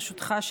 ברשותך,